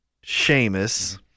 Sheamus